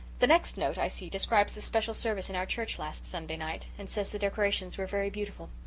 the next note, i see, describes the special service in our church last sunday night and says the decorations were very beautiful.